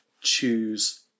Choose